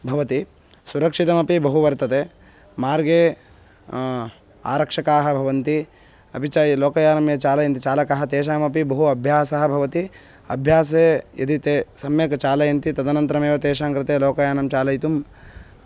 भवति सुरक्षितमपि बहु वर्तते मार्गे आरक्षकाः भवन्ति अपि च लोकयानं ये चालयन्ति चालकाः तेषामपि बहु अभ्यासः भवति अभ्यासे यदि ते सम्यक् चालयन्ति तदनन्तरमेव तेषाङ्कृते लोकयानं चालयितुं